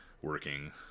working